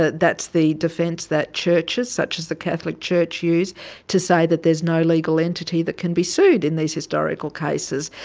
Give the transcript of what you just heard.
that's the defence that churches such as the catholic church use to say that there is no legal entity that can be sued in these historical cases.